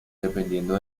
dependiendo